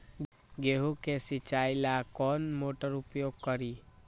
गेंहू के सिंचाई ला कौन मोटर उपयोग करी?